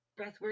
breathwork